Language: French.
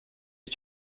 est